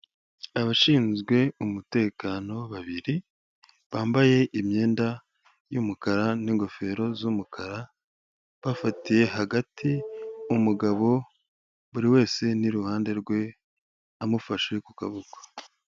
Abashinzwe umutekano babiri, bambaye imyenda y'umukara n'ingofero z'umukara, bafatiye hagati umugabo buri wese ni iruhande rwe amufashe ku kuboko.